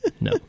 No